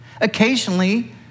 Occasionally